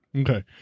Okay